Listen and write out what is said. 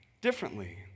differently